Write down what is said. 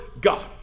God